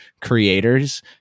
creators